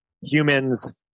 humans